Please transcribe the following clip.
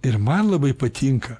ir man labai patinka